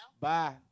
Bye